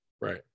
Right